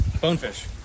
Bonefish